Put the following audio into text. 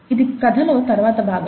ఇది కథలో తరువాతి భాగం